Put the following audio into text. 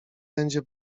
będzie